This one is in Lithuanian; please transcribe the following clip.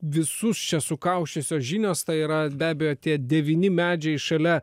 visus čia sukausčiusios žinios tai yra be abejo tie devyni medžiai šalia